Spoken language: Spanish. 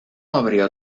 habría